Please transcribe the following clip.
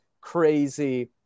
crazy